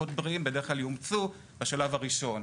תינוקות בריאים בדרך כלל יאומצו בשלב הראשון.